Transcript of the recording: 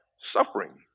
suffering